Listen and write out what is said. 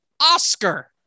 Oscar